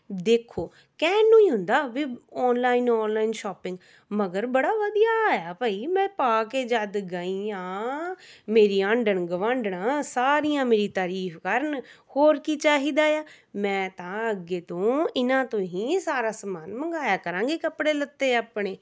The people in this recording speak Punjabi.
ਦੇਖੋ ਕਹਿਣ ਨੂੰ ਹੀ ਹੁੰਦਾ ਵੀ ਆਨਲਾਈਨ ਆਨਲਾਈਨ ਸ਼ੌਪਿੰਗ ਮਗਰ ਬੜਾ ਵਧੀਆ ਆਇਆ ਭਈ ਮੈਂ ਪਾ ਕੇ ਜਦ ਗਈ ਹਾਂ ਮੇਰੀ ਆਂਢਣ ਗਵਾਢਣਾਂ ਸਾਰੀਆ ਮੇਰੀ ਤਾਰੀਫ ਕਰਨ ਹੋਰ ਕੀ ਚਾਹੀਦਾ ਆ ਮੈਂ ਤਾਂ ਅੱਗੇ ਤੋਂ ਇਹਨਾਂ ਤੋਂ ਹੀ ਸਾਰਾ ਸਮਾਨ ਮੰਗਵਾਇਆ ਕਰਾਂਗੀ ਕੱਪੜੇ ਲੱਤੇ ਆਪਣੇ